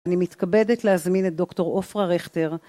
אני מתכבדת להזמין את דוקטור אופרה רכטר.